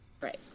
Right